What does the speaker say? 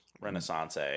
Renaissance